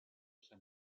san